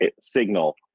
signal